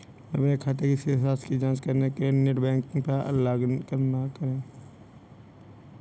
अपने खाते की शेष राशि की जांच करने के लिए नेट बैंकिंग पर लॉगइन कैसे करें?